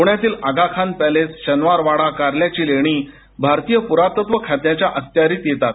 पुण्यातील आगाखान पॅलेसशनवारवाडाकार्ल्याची लेणी भारतीय पुरातत्व खात्याच्या अखत्यारीत येतात